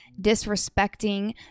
disrespecting